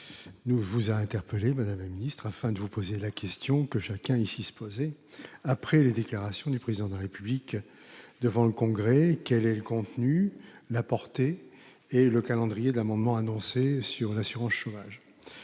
vous a interpellée, afin de vous poser la question que chacun ici se posait après les déclarations du Président de la République devant le Congrès : quels sont le contenu, la portée et le calendrier de l'amendement annoncé, pour ce qui concerne l'assurance chômage ?